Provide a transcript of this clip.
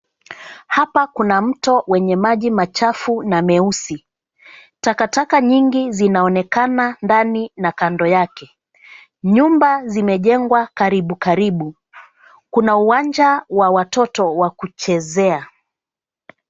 Hapa kuna mto wenye maji machafu na meusi. Takataka nyingi zinaonekana ndani na kando yake. Nyumba zimejengwa karibu karibu. Kuna uwanja wa watoto wa kuchezea.